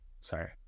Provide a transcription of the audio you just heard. Sorry